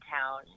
town